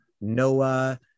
Noah